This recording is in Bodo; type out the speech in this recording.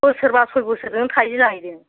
बोसोरबा सय बोसोरजोंनो थायो जाहैदों